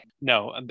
No